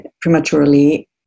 prematurely